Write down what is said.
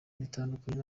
bitandukanye